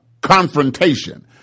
confrontation